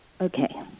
Okay